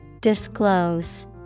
Disclose